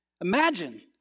Imagine